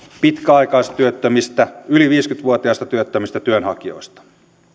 pitkäaikaistyöttömistä yli viisikymmentä vuotiaista työttömistä työnhakijoista